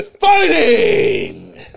Fighting